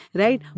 right